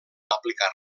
aplicar